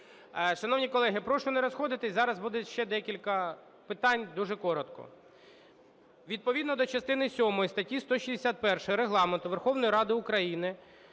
Шановні колеги, прошу не розходитись, зараз буде ще декілька питань, дуже коротко. Відповідно до частини сьомої статті 161 Регламенту Верховної Ради України